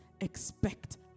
expect